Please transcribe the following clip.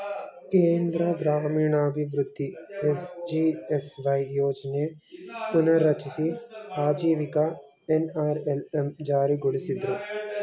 ಕೇಂದ್ರ ಗ್ರಾಮೀಣಾಭಿವೃದ್ಧಿ ಎಸ್.ಜಿ.ಎಸ್.ವೈ ಯೋಜ್ನ ಪುನರ್ರಚಿಸಿ ಆಜೀವಿಕ ಎನ್.ಅರ್.ಎಲ್.ಎಂ ಜಾರಿಗೊಳಿಸಿದ್ರು